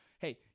Hey